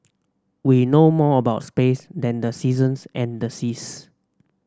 we know more about space than the seasons and the seas